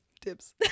tips